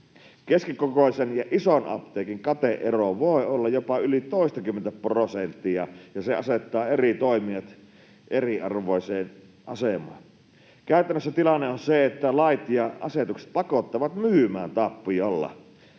Keskikokoisen ja ison apteekin kate-ero voi olla jopa toistakymmentä prosenttia, ja se asettaa eri toimijat eriarvoiseen asemaan. Käytännössä tilanne on se, että lait ja asetukset pakottavat myymään tappiolla.